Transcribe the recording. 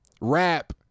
rap